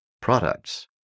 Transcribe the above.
products